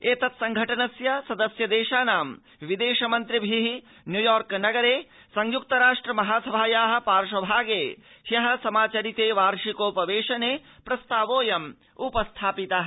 एतत्संघटनस्य सदस्य देशाः विदेश मन्त्रिभिः न्यूयॉर्क नगरे संयुक्त राष्ट्र महासाभायाः पार्श्वेभागे हयः समाचरिते वार्षिकोयवेशने प्रसतावोऽयम उपस्थापितः